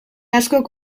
askok